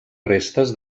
restes